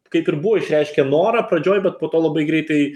kaip ir buvo išreiškę norą pradžioj bet po to labai greitai